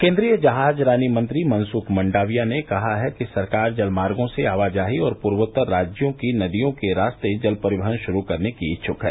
केन्द्रीय जहाजरानी मंत्री मनसुख मंडाविया ने कहा है कि सरकार जलमार्गो से आवाजाही और पूर्वोत्तर राज्यों की नदियों के रास्ते जल परिवहन शुरू करने की इच्छुक है